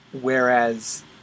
Whereas